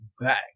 back